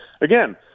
again